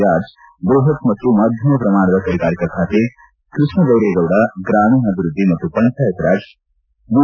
George ಬೃಹತ್ ಮತ್ತು ಮಧ್ಯಮ ಪ್ರಮಾಣದ ಕೈಗಾರಿಕಾ ಖಾತೆ ಕೃಷ್ಣ ಬೈರೇಗೌಡ ಗ್ರಾಮೀಣಾಭಿವೃದ್ಧಿ ಮತ್ತು ಪಂಚಾಯತ್ ರಾಜ್ ಯು